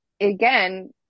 again